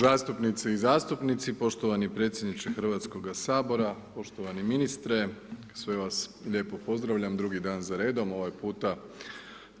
Zastupnice i zastupnici, poštovani predsjedniče Hrvatskoga sabora, poštovani ministre, sve vas lijepo pozdravljam drugi dan za redom, ovaj puta